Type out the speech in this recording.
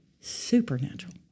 supernatural